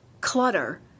clutter